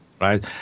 right